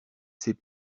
sait